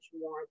more